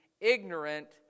ignorant